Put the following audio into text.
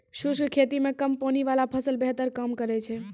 शुष्क खेती मे कम पानी वाला फसल बेहतर काम करै छै